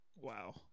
Wow